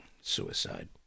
suicide